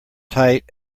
tight